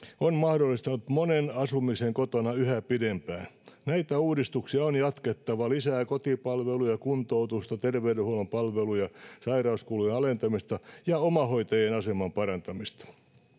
on mahdollistanut monen asumisen kotona yhä pidempään näitä uudistuksia on jatkettava lisää kotipalveluja ja kuntoutusta terveydenhuollon palveluja sairauskulujen alentamista ja omahoitajien aseman parantamista